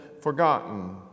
forgotten